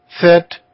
fit